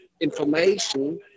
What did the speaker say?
information